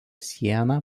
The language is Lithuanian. sieną